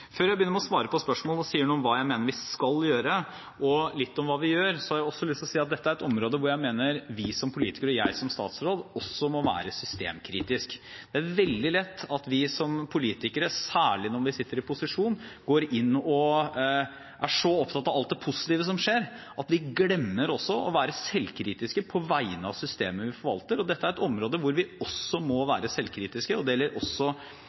Før jeg begynner med å svare på spørsmål og sier noe om hva jeg mener vi skal gjøre og litt om hva vi gjør, har jeg også lyst til å si at dette er et område hvor jeg mener vi som politikere og jeg som statsråd også må være systemkritiske. Det er veldig lett at vi som politikere, særlig når vi sitter i posisjon, går inn og er så opptatt av alt det positive som skjer, at vi glemmer også å være selvkritiske på vegne av systemet vi forvalter, og dette er et område hvor vi også må være selvkritiske. Det gjelder også